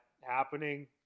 happening